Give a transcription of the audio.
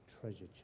treasure